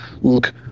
look